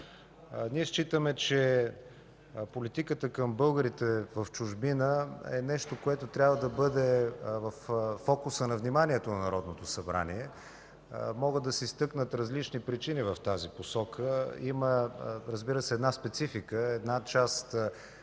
Ние считаме, че политиката към българите в чужбина е нещо, което трябва да бъде във фокуса на вниманието на Народното събрание. Могат да се изтъкнат различни причини в тази посока. Има една специфика: част